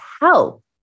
help